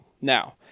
Now